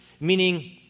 Meaning